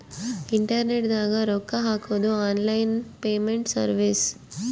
internet ದಾಗ ರೊಕ್ಕ ಹಾಕೊದು ಆನ್ಲೈನ್ ಪೇಮೆಂಟ್ ಸರ್ವಿಸ್